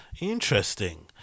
Interesting